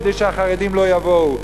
כדי שהחרדים לא יבואו.